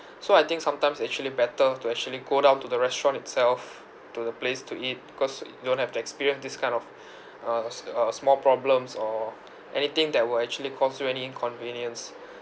so I think sometimes actually better to actually go down to the restaurant itself to the place to eat cause you don't have to experience this kind of uh s~ uh small problems or anything that will actually cause you any inconvenience